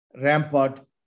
Rampart